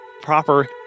proper